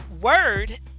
word